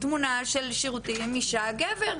תמונות של שירותים עם אישה וגבר.